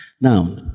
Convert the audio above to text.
Now